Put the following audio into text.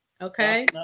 Okay